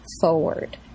forward